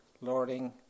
lording